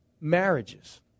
marriages